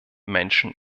menschen